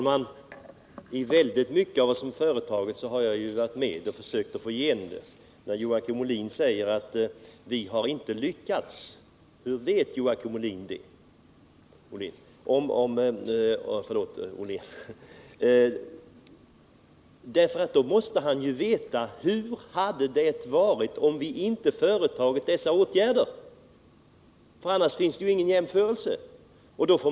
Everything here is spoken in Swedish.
Herr talman! Jag har varit med om att genomföra mycket av det som genomförts på detta område. Joakim Ollén säger att vi inte har lyckats. Hur vet Joakim Ollén det? Han måste i så fall också veta hur det hade varit om vi inte vidtagit dessa åtgärder, annars kan han inte göra någon jämförelse.